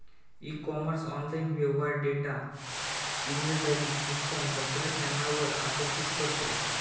E commerce online व्यवहार data inventory system तंत्रज्ञानावर आकर्षित करतो